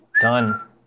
Done